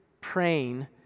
praying